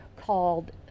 called